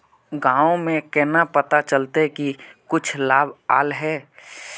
गाँव में केना पता चलता की कुछ लाभ आल है?